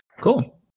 Cool